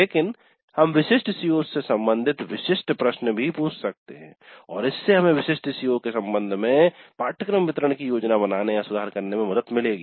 लेकिन हम विशिष्ट CO's से संबंधित विशिष्ट प्रश्न भी पूछ सकते हैं और इससे हमें विशिष्ट CO's के संबंध में पाठ्यक्रम वितरण की योजना बनानेसुधार करने में मदद मिलेगी